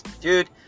dude